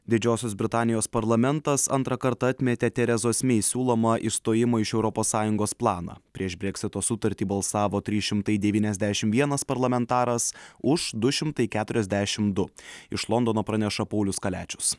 didžiosios britanijos parlamentas antrą kartą atmetė terezos mei siūlomą išstojimo iš europos sąjungos planą prieš breksito sutartį balsavo trys šimtai devyniasdešim vienas parlamentaras už du šimtai keturiasdešim du iš londono praneša paulius kaliačius